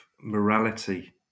morality